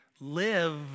live